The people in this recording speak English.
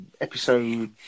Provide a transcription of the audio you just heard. episode